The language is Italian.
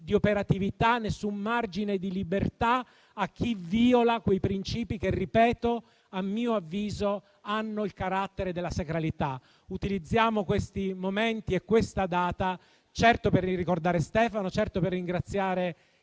di operatività, nessun margine di libertà a chi vìola quei principi che - ripeto - a mio avviso hanno il carattere della sacralità. Utilizziamo questi momenti e questa data certo per ricordare Stefano, certo per ringraziare